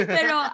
Pero